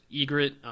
Egret